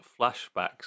flashbacks